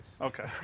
Okay